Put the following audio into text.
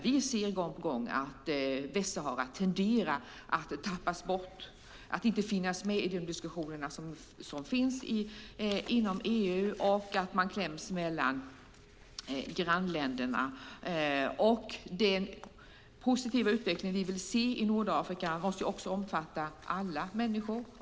Vi ser gång på gång att Västsahara tenderar att tappas bort och inte finnas med i de diskussioner som förs inom EU. Man kläms mellan grannländerna. Den positiva utveckling vi vill se i Nordafrika måste omfatta alla människor.